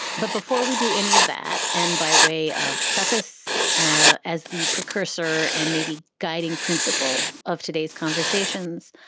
but before we do any of that, and by way of preface ah as the precursor and maybe guiding principle of today's conversations,